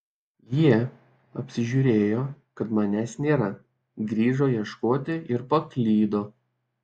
jie apsižiūrėjo kad manęs nėra grįžo ieškoti ir paklydo